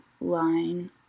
line